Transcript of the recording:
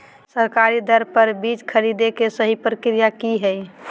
सरकारी दर पर बीज खरीदें के सही प्रक्रिया की हय?